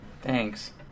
Thanks